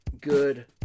Good